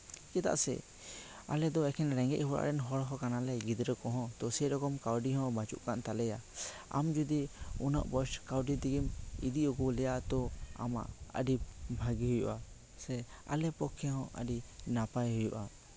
ᱪᱮᱫᱟᱜ ᱥᱮ ᱟᱞᱮ ᱫᱚ ᱮᱠᱮᱱ ᱨᱮᱸᱜᱮᱡ ᱚᱲᱟᱜ ᱨᱮᱱ ᱦᱚᱲ ᱦᱚᱸ ᱠᱟᱱᱟ ᱞᱮ ᱜᱤᱫᱽᱨᱟᱹ ᱠᱚᱦᱚᱸ ᱛᱳ ᱥᱮᱨᱚᱠᱚᱢ ᱠᱟᱹᱣᱰᱤ ᱠᱚᱦᱚᱸ ᱵᱟᱹᱪᱩᱜ ᱠᱟᱫ ᱛᱟᱞᱮᱭᱟ ᱟᱢ ᱡᱩᱫᱤ ᱩᱱᱟᱹᱜ ᱠᱟᱹᱣᱰᱤ ᱛᱮᱜᱮᱢ ᱤᱫᱤ ᱟᱹᱜᱩ ᱞᱮᱭᱟ ᱛᱳ ᱟᱢᱟᱜ ᱟᱹᱰᱤ ᱵᱷᱟᱹᱜᱮ ᱦᱩᱭᱩᱜᱼᱟ ᱥᱮ ᱟᱞᱮ ᱯᱚᱠᱠᱷᱮ ᱦᱚᱸ ᱟᱹᱰᱤ ᱱᱟᱯᱟᱭ ᱦᱩᱭᱩᱜᱼᱟ